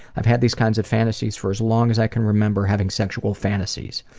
i've had these kinds of fantasies for as long as i can remember having sexual fantasies.